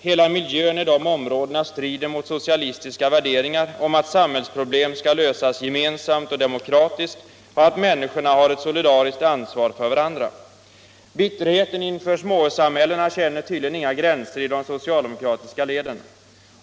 Hela miljön i de områdena strider mot socialistiska värderingar om att samhällsproblem skall lösas gemensamt och demokratiskt och att människorna har ett solidariskt ansvar för varandra.” Bitterheten inför småhussamhällena känner tydligen inga gränser i de socialdemokratiska leden.